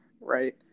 right